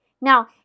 Now